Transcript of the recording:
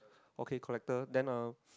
okay collector than a